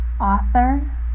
author